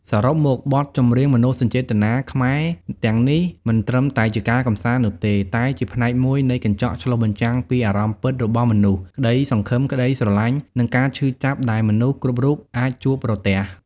សរុបមក បទចម្រៀងមនោសញ្ចេតនាខ្មែរទាំងនេះមិនត្រឹមតែជាការកម្សាន្តនោះទេ តែជាផ្នែកមួយនៃកញ្ចក់ឆ្លុះបញ្ចាំងពីអារម្មណ៍ពិតរបស់មនុស្ស ក្តីសង្ឃឹម ក្តីស្រឡាញ់ និងការឈឺចាប់ដែលមនុស្សគ្រប់រូបអាចជួបប្រទះ។